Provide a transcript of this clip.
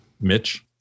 Mitch